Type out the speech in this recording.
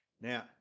Now